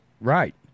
Right